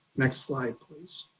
next slide please.